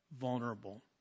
vulnerable